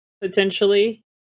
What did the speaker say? potentially